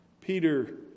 Peter